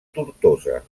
tortosa